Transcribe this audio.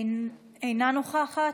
אינה נוכחת,